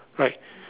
like